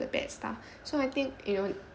the bad stuff so I think you know